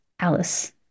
Alice